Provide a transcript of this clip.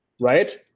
right